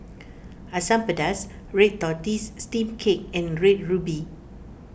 Asam Pedas Red Tortoise Steamed Cake and Red Ruby